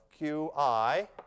qi